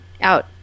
out